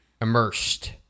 immersed